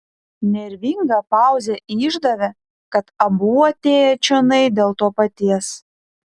nervinga pauzė išdavė kad abu atėję čionai dėl to paties